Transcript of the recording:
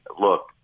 look